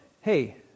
hey